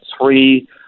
three